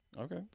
okay